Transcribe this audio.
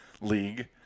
league